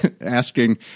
asking